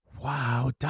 Wow